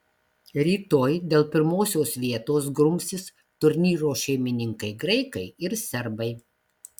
rytoj dėl pirmosios vietos grumsis turnyro šeimininkai graikai ir serbai